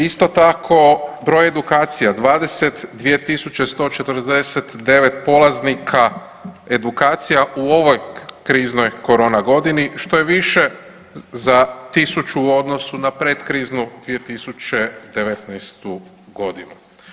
Isto tako broj edukacija 22.149 polaznika edukacija u ovoj kriznoj korona godini što je više za 1.000 u odnosu na predkriznu 2019. godinu.